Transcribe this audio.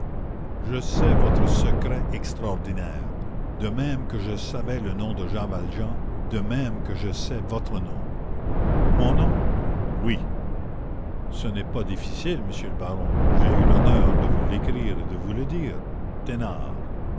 je sais votre secret extraordinaire de même que je savais le nom de jean valjean de même que je sais votre nom mon nom oui ce n'est pas difficile monsieur le baron j'ai eu l'honneur de vous l'écrire et de vous le dire